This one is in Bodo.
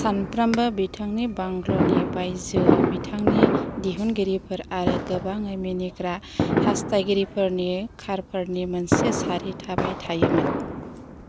सानफ्रोमबो बिथांनि बांग्ल'नि बायजोआव बिथांनि दिहुनगिरिफोर आरो गोबाङै मिनिग्रा हास्थायगिरिफोरनि कारफोरनि मोनसे सारि थाबाय थायोमोन